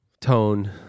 tone